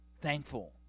thankful